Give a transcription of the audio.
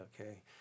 Okay